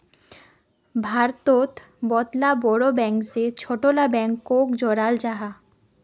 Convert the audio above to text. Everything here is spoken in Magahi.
भारतोत बहुत ला बोड़ो बैंक से छोटो ला बैंकोक जोड़ाल जाहा